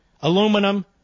aluminum